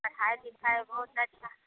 पढ़ाइ लिखाइ बहुत अच्छा हइ